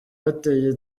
bateye